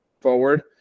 forward